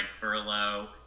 furlough